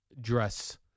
dress